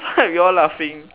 we all laughing